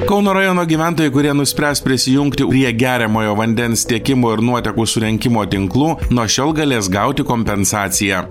kauno rajono gyventojai kurie nuspręs prisijungti prie geriamojo vandens tiekimo ir nuotekų surinkimo tinklų nuo šiol galės gauti kompensaciją